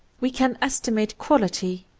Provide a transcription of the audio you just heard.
we can estimate quality,